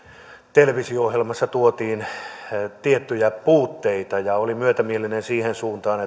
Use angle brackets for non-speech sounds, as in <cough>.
televisio ohjelmassa tuotiin tiettyjä puutteita ja oli myötämielinen siihen suuntaan <unintelligible>